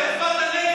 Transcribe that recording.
יישובים ערביים,